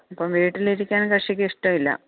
അപ്പം വീട്ടിൽ ഇരിക്കാൻ കക്ഷിക്ക് ഇഷ്ട്ടമില്ല